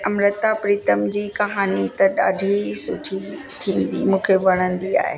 अमृता प्रीतम जी कहाणी त ॾाढी सुठी थींदी मूंखे वणंदी आहे